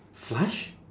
flush